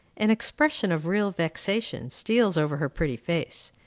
an expression of real vexation steals over her pretty face,